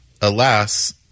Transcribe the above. Alas